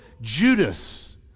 Judas